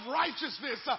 righteousness